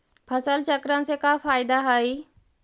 फसल चक्रण से का फ़ायदा हई?